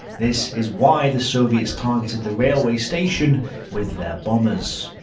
this is why the soviets targeted the railway station with their bombers.